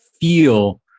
feel